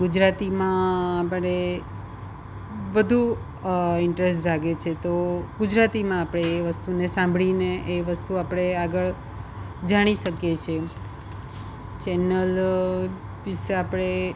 ગુજરાતીમાં આપણે વધુ ઇન્ટરેસ્ટ જાગે છે તો ગુજરાતીમાં આપણે એ વસ્તુને સાંભળીને એ વસ્તુ આપણે આગળ જાણી શકીએ છીએ ચેનલ વિશે આપણે